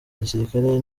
gisilikare